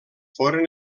foren